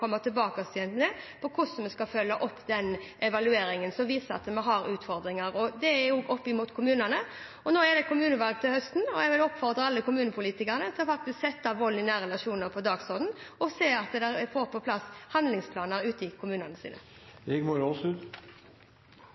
komme tilbake til hvordan vi skal følge opp den evalueringen som viser at vi har utfordringer i kommunene. Det er kommunevalg til høsten, og jeg vil oppfordre alle kommunepolitikerne til å sette vold i nære relasjoner på dagsordenen og se til at de får på plass handlingsplaner ute i kommunene